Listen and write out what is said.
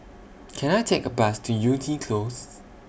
Can I Take A Bus to Yew Tee Close